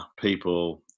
people